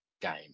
game